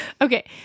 Okay